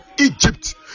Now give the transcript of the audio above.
egypt